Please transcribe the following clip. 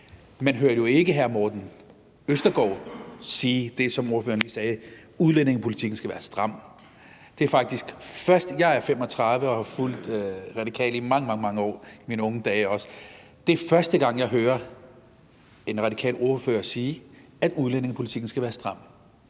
ordføreren lige sagde, nemlig at udlændingepolitikken skal være stram. Jeg er 35 år og har fulgt De Radikale i mange, mange år, også i mine unge dage, og det er første gang, jeg hører en radikal ordfører sige, at udlændingepolitikken skal være stram.